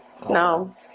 no